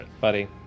Buddy